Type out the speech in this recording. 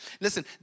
Listen